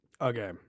Okay